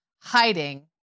hiding